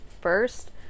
First